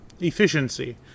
efficiency